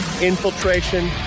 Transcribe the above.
infiltration